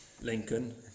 Lincoln